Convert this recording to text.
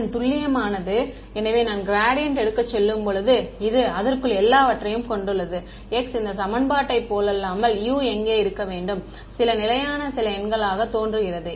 அதன் துல்லியமானது எனவே நான் க்ராடியன்ட் எடுக்க செல்லும்போது இது அதற்குள் எல்லாவற்றையும் கொண்டுள்ளது x இந்த சமன்பாட்டைப் போலல்லாமல் U எங்கே இருக்க வேண்டும் சில நிலையான சில எண்ணாகத் தோன்றுகிறது